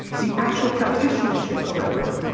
the actual practitionership around that.